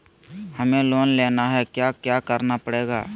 हमें लोन लेना है क्या क्या करना पड़ेगा?